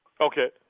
Okay